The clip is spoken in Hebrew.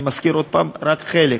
ואני מזכיר עוד פעם: רק חלק.